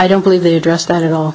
don't believe they address that at all